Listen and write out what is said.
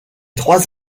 trois